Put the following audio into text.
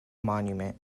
monument